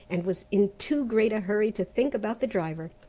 and was in too great a hurry to think about the driver.